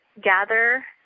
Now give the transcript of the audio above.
gather